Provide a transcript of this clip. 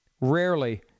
Rarely